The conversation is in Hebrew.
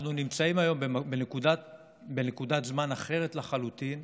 אנחנו נמצאים היום בנקודת זמן אחרת לחלוטין.